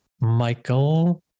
Michael